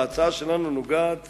ההצעה שלנו נוגעת